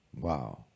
wow